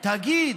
תגיד,